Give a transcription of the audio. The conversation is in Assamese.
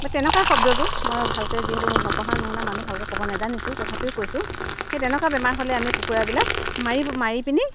বাৰু তেনেকুৱাই শব্দটো মই ভালকৈ যিহেতু নপঢ়া নুশুনা মানুহ ভালকৈ ক'ব নাজানিছোঁ তথাপিও কৈছোঁ সেই তেনেকুৱা বেমাৰ হ'লে আমি কুকুৰাবিলাক মাৰি ব মাৰি পিনি